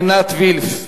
חברת הכנסת עינת וילף,